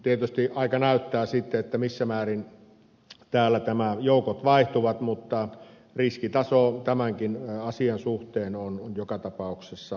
tietysti aika näyttää sitten missä määrin täällä nämä joukot vaihtuvat mutta riskitaso tämänkin asian suhteen on joka tapauksessa merkittävä